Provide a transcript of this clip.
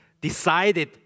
decided